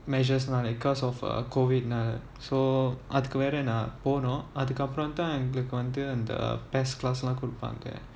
measures lah because of uh COVID ah so னால so அதுக்கு வரேன் தான் போனும் அதுக்கு அப்புறம் தான் எங்களுக்கு வந்து அந்த:naala so athuku varen than ponum athuku appuram thaan engaluku vanthu antha and the best class லாம் கொடுப்பாங்க:laam kodupaanga